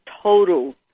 total